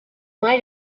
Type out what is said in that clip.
might